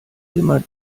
immer